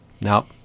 No